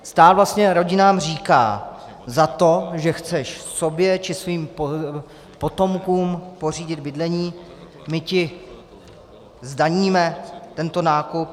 Stát vlastně rodinám říká: Za to, že chceš sobě či svým potomkům pořídit bydlení, my ti zdaníme tento nákup.